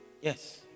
Yes